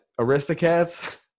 Aristocats